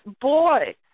boy